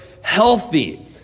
healthy